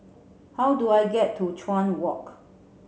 how do I get to Chuan Walk